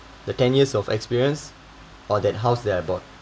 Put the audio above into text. the ten years of experience or that house I bought